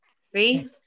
See